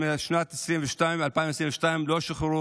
שמשנת 2022 לא שוחררו,